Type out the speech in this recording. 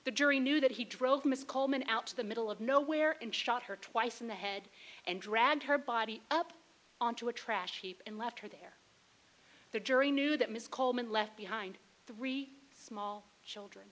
the jury knew that he drove miss coleman out to the middle of nowhere and shot her twice in the head and dragged her body up onto a trash heap and left her there the jury knew that miss coleman left behind three small children